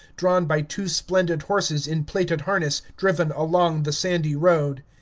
drawn by two splendid horses in plated harness, driven along the sandy road.